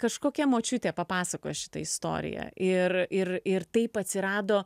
kažkokia močiutė papasakojo šitą istoriją ir ir ir taip atsirado